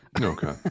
Okay